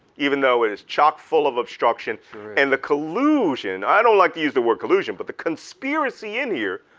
even though it is chock full of obstruction and the collusion, i don't like to use the word collusion but the conspiracy in here,